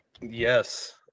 Yes